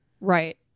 right